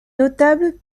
notable